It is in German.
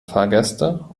fahrgäste